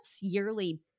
yearly